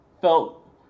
felt